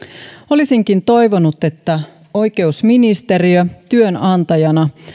olisinkin toivonut että oikeusministeriö työnantajana